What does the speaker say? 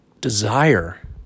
desire